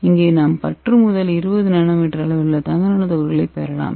இங்கே நாம் 10 முதல் 20 என்எம் அளவுள்ள தங்க நானோ துகள்களைப் பெறலாம்